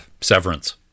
severance